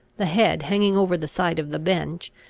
the head hanging over the side of the bench,